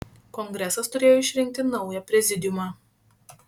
kongresas turėjo išrinkti naują prezidiumą